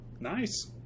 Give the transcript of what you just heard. Nice